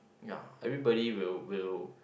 ya everybody will will